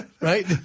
Right